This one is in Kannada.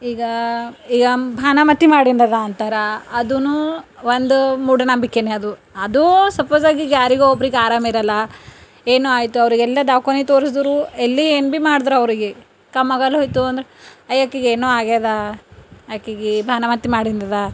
ಈಗ ಈಗ ಭಾನಮತಿ ಮಾಡಿದ್ದಾರೆ ಅಂತಾರೆ ಅದೂ ಒಂದು ಮೂಢನಂಬಿಕೆಯೇ ಅದು ಅದೂ ಸಪೋಸಾಗಿ ಈಗ ಯಾರಿಗೋ ಒಬ್ರಿಗೆ ಆರಾಮಿರಲ್ಲ ಏನೋ ಆಯಿತು ಅವರಿಗೆಲ್ಲ ದವಾಖಾನೆ ತೋರಿಸ್ದ್ರು ಎಲ್ಲಿ ಏನು ಭೀ ಮಾಡ್ದ್ರೆ ಅವ್ರಿಗೆ ಕಮ್ಮಾಗಲ್ಲೋಯ್ತು ಅಂದ್ರೆ ಏ ಆಕಿಗೆ ಏನೋ ಆಗ್ಯದ ಆಕಿಗೆ ಭಾನಮತಿ ಮಾಡ್ಯಾನ್ರ